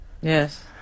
Yes